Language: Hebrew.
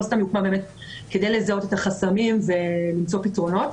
ולא סתם היא הוקמה כדי לזהות את החסמים ולמצוא פתרונות.